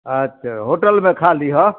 अच्छा होटलमे खा लिहऽ